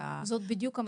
זו בדיוק המטרה.